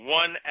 one